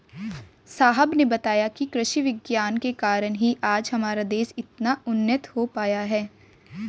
साहब ने बताया कि कृषि विज्ञान के कारण ही आज हमारा देश इतना उन्नत हो पाया है